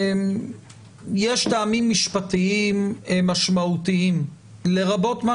יש טעמים משפטיים משמעותיים לרבות מה